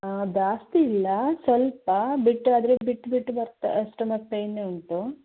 ಜಾಸ್ತಿ ಇಲ್ಲ ಸ್ವಲ್ಪ ಬಿಟ್ಟು ಆದರೆ ಬಿಟ್ಟು ಬಿಟ್ಟು ಬರ್ತಾ ಸ್ಟಮಕ್ ಪೇಯ್ನ್ ಉಂಟು